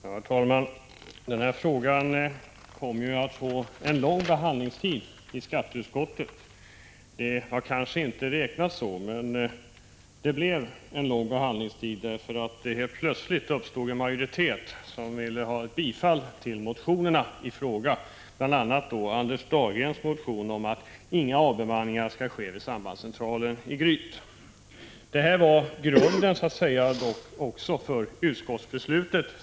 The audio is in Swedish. Herr talman! Den här frågan kom att få en lång behandlings i skatteutskottet. Det var kanske oväntat, men orsaken var att det helt plötsligt uppstod en majoritet för motionerna i fråga. Bl. a. gällde det Anders Dahlgrens motion om att ingen avbemanning skulle ske vid sambandscentralen i Gryt. Detta låg till grund för det beslut som sedermera fattades i utskottet.